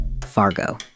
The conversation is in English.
Fargo